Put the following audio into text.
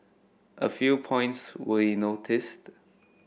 a few points we noticed